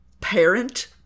parent